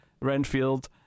Renfield